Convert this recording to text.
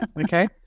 Okay